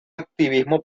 activismo